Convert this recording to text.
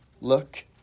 Look